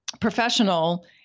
professional